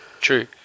True